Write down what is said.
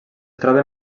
troben